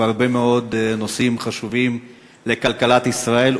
והרבה מאוד נושאים חשובים לכלכלת ישראל,